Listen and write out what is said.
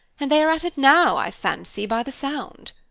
and they are at it now, i fancy, by the sound.